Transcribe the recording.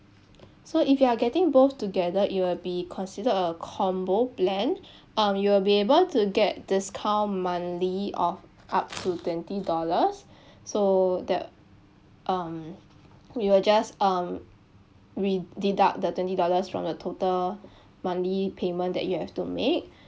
so if you are getting both together it will be considered a combo plan um you will be able to get discount monthly of up to twenty dollars so the um we will just um re~ deduct the twenty dollars from the total monthly payment that you have to make